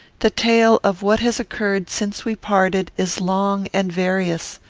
the tale of what has occurred since we parted is long and various.